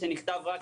רק